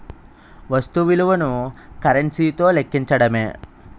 వస్తు విలువను కరెన్సీ తో లెక్కించడమే